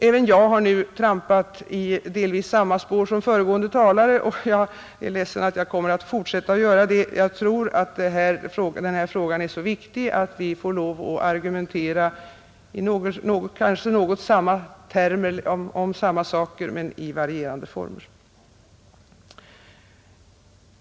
Även jag har nu delvis trampat i samma spår som föregående talare, och jag är ledsen att jag kommer att fortsätta att göra det. Jag tror att den här frågan är så viktig att vi får lov att argumentera om samma saker men i varierande former.